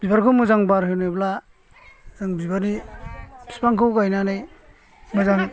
बिबारखौ मोजां बारहोनोब्ला आं बिबारनि बिफांखौ गायनानै मोजां